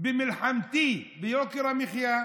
במלחמתי ביוקר המחיה,